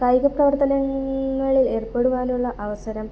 കായിക പ്രവർത്തനങ്ങളിൽ ഏർപ്പെടുവാനുള്ള അവസരം